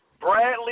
Bradley